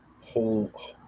Whole